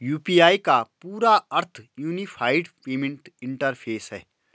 UPI का पूरा अर्थ यूनिफाइड पेमेंट इंटरफ़ेस है